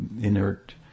inert